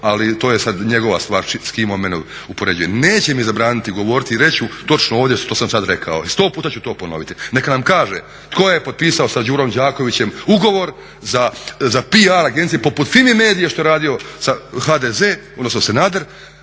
ali to je sad njegova stvar s kim on mene uspoređuje. Neće mi zabraniti govoriti, reći ću točno ovdje što sam sad rekao, sto puta ću to ponoviti. Neka nam kaže tko je potpisao sa Đurom Đakovićem ugovor za PR agencije poput Fimi medie što je radio HDZ odnosno Sanader